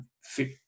fit